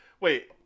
Wait